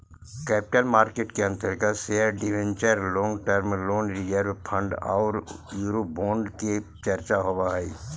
capital market के अंतर्गत share debenture long term loan reserve fund औउर यूरोबोंड के चर्चा होवऽ हई